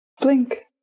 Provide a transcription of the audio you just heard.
Blink